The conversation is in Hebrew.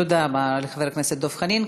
תודה רבה לחבר הכנסת חנין.